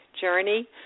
journey